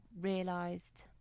realised